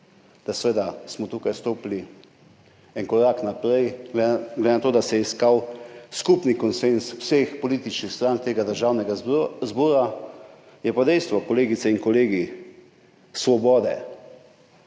da smo tukaj stopili en korak naprej, glede na to da se je iskal skupni konsenz vseh političnih strank Državnega zbora. Je pa dejstvo, kolegice in kolegi iz Svobode,